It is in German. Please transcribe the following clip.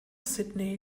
sydney